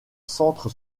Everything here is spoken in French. centre